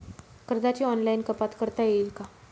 कर्जाची ऑनलाईन कपात करता येईल का?